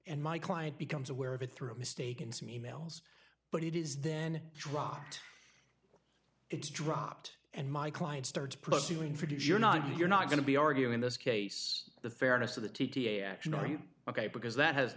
and my client becomes aware of it through a mistake in some emails but it is then dropped it's dropped and my client starts pushing for it if you're not you're not going to be arguing this case the fairness of the t t action are you ok because that has